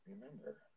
remember